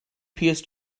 pierce